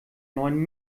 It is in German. neuen